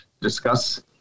discuss